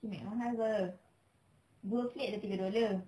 kimek mahal [pe] dua plate dah tiga dollar